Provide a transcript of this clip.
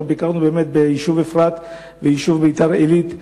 אנחנו ביקרנו ביישוב אפרת וביישוב ביתר-עילית,